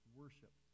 worship